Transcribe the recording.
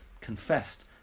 confessed